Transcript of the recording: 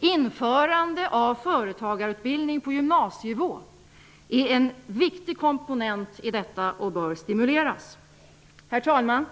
Införande av företagarutbildning på gymnasienivå är en viktig komponent i detta och bör stimuleras. Herr talman!